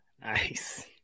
Nice